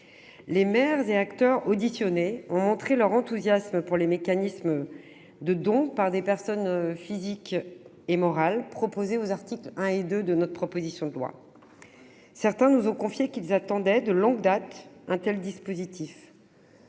Les maires et acteurs auditionnés ont montré leur enthousiasme pour les mécanismes de dons par des personnes physiques et morales proposés aux articles 1 et 2 du texte. Certains nous ont confié qu'ils attendaient, de longue date, un tel dispositif.